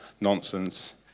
nonsense